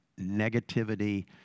negativity